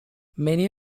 many